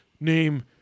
name